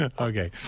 okay